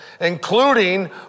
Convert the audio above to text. including